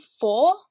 four